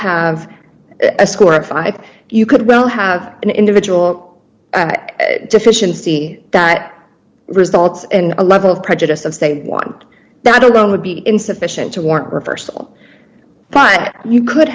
have a score of five you could well have an individual deficiency that results in a level of prejudice of state one that alone would be insufficient to warrant reversal but you could